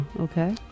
okay